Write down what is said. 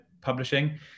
publishing